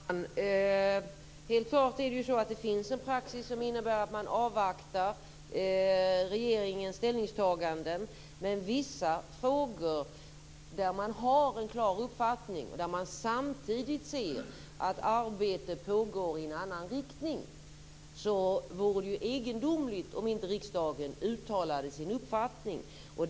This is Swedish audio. Fru talman! Helt klart är det så att det finns en praxis som innebär att man avvaktar regeringens ställningstaganden. Men i vissa frågor där man har en klar uppfattning och där man samtidigt ser att arbetet pågår i en annan riktning, vore det ju egendomligt om inte riksdagen uttalade sin uppfattning.